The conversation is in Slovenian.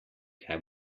kaj